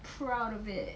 proud of it